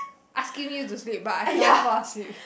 asking you to sleep but I cannot fall asleep